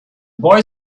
boy